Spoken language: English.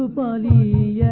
body